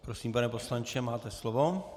Prosím, pane poslanče, máte slovo.